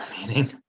meaning